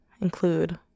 include